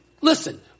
Listen